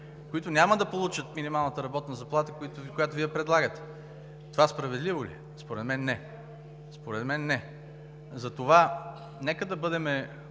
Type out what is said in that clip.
които няма да получат минималната работна заплата, която Вие предлагате. Това справедливо ли е? Според мен – не. Според мен – не! Затова нека да бъдем